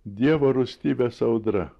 dievo rūstybės audra